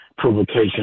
provocation